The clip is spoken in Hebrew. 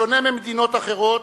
בשונה ממדינות אחרות,